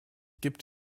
gibt